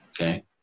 okay